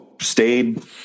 stayed